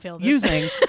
using